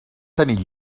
tenir